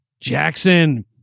Jackson